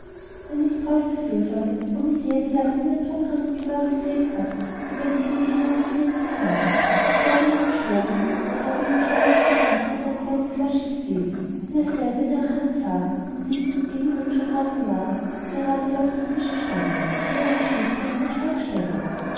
denn die getreueste fürsorge womit je eine gattin ihren todkranken gemahl gepflegt hat die wendet er gegen unsere gnädige herrin bezeugend und beschwörend sie habe ihm ein schleichendes gift aus einer kleinen flasche gegeben die er selber in ihrer hand sah und die sie in dem ebenholzschrein aufbewahrt der gerade hier auf dem tische stand und den eure schwägerin in den schrank stellte